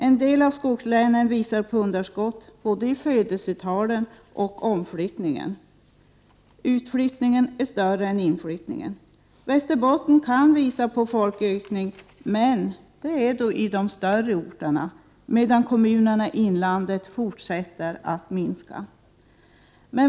En del av skogslänen visar underskott i både födelsetal och omflyttningstal. Utflyttningen är större än inflyttningen. De större orterna i Västerbotten kan uppvisa en befolkningsökning, medan befolkningen i kommunerna i Västerbottens inland fortsätter att minska.